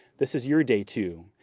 this is your day, too,